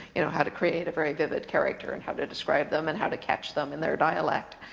you know how to create a very vivid character, and how to describe them, and how to catch them in their dialect.